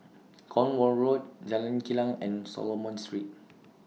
Cornwall Road Jalan Kilang and Solomon Street